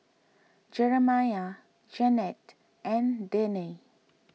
Jeramiah Jennette and Danae